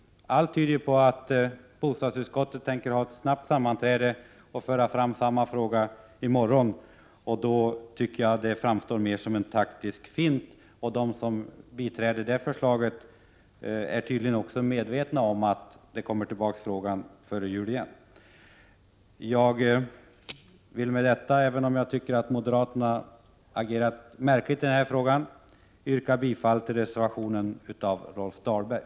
Allt tyder ju på att bostadsutskottet tänker ha ett sammanträde snabbt och föra fram samma förslag i morgon. Då tycker jag att ett yrkande om återremiss framstår mer som en taktisk fint. De som biträder detta förslag är tydligen också medvetna om att förslaget kommer tillbaka till kammaren före jul. Jag vill med det anförda, även om jag tycker att moderaterna agerat märkligt i denna fråga, yrka bifall till reservationen av Rolf Dahlberg.